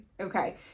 Okay